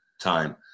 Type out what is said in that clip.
time